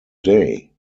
day